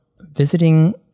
visiting